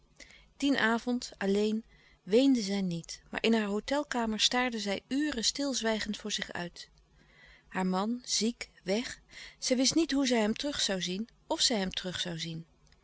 dien avond alleen weende zij niet maar in haar hôtelkamer staarde zij uren stilzwijgend voor zich uit haar man ziek weg zij wist niet hoe zij hem terug louis couperus de stille kracht zoû zien f zij hem terug zoû zien